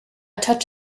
touch